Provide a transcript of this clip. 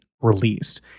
released